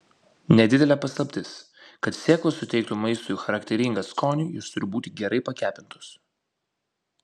nedidelė paslaptis kad sėklos suteiktų maistui charakteringą skonį jos turi būti gerai pakepintos